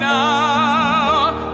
now